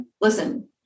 Listen